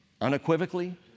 unequivocally